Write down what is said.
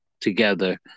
together